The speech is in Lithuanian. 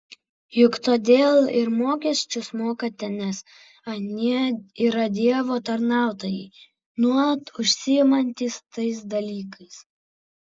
juk todėl ir mokesčius mokate nes anie yra dievo tarnautojai nuolat užsiimantys tais dalykais